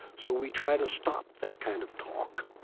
so we try to stop that kind of talk.